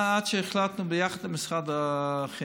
עד שהחלטנו ביחד עם משרד החינוך